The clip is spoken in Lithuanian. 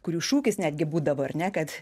kurių šūkis netgi būdavo ar ne kad